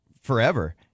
forever